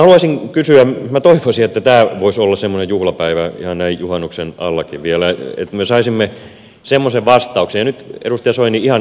minä toivoisin että tämä voisi olla semmoinen juhlapäivä ihan näin juhannuksen allakin vielä että me saisimme vastauksen ja nyt edustaja soini ihan vilpittömin mielin